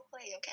okay